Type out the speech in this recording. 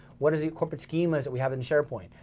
what is the corporate schemas that we have in sharepoint.